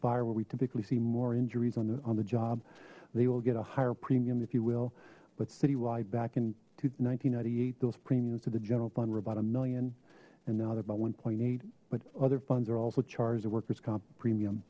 where we typically see more injuries on the job they will get a higher premium if you will but citywide back in nineteen ninety eight those premiums to the general fund were about a million and now they're about one eight but other funds are also charged at workers comp premium